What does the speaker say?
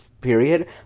period